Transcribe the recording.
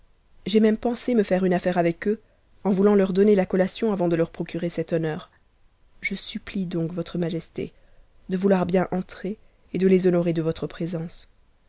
j'ai même pensé me faire une affaire avec eux en voûtant ton donner la collation avant de leur procurer cet honneur je supplie donc votre majesté de vouloir bien entrer et de les honorer de votre présence